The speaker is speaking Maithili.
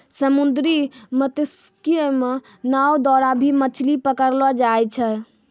समुन्द्री मत्स्यिकी मे नाँव द्वारा भी मछली पकड़लो जाय छै